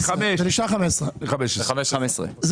אבל בחמש הוא